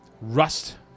rust